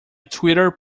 twitter